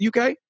UK